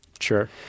Sure